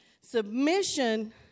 Submission